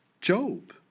Job